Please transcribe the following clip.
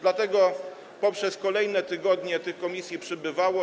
Dlatego przez kolejne tygodnie tych komisji przybywało.